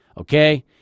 Okay